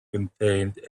contained